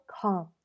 calm